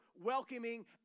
welcoming